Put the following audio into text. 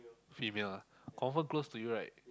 female ah confirm close to you right